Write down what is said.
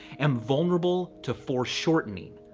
am vulnerable to foreshortening.